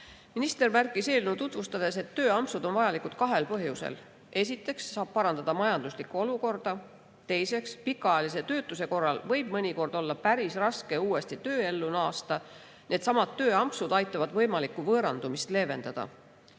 Minister märkis eelnõu tutvustades, et tööampsud on vajalikud kahel põhjusel. Esiteks saab parandada majanduslikku olukorda. Teiseks, pikaajalise töötuse korral võib mõnikord olla päris raske uuesti tööellu naasta, aga needsamad tööampsud aitavad võimalikku võõrandumist leevendada.